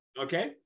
Okay